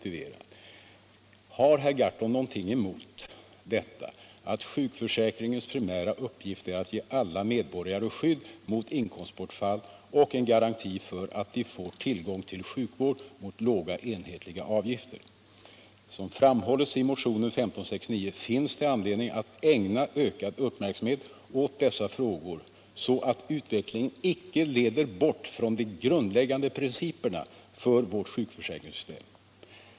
Eller har herr Gahrton någonting emot att sjukförsäkringens primära uppgift är att ge alla medborgare skydd mot inkomstbortfall och garantera att de får tillfälle till sjukvård mot låga, enhetliga avgifter? Som framhålls i motionen 1569 finns det anledning att ägna ökad uppmärksamhet åt dessa frågor, så att utvecklingen inte leder bort från de grundläggande principerna för vårt sjukförsäkringssystem.